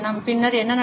பின்னர் என்ன நடக்கும்